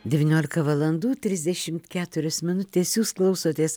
devyniolika valandų trisdešimt keturios minutės jūs klausotės